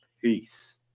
peace